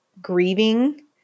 grieving